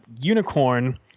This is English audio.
Unicorn